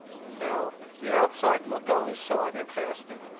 no. the outside looked always so uninteresting.